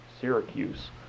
Syracuse